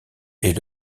est